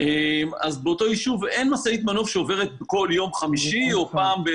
אז באותו ישוב אין משאית מנוף שעוברת כל יום חמישי או פעם ב